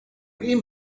wem